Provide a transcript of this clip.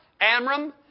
Amram